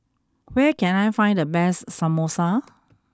where can I find the best Samosa